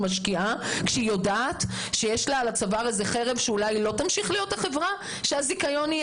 יודעת שעל צווארה יש חרב הפסקת הזיכיון?